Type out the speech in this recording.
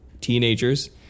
teenagers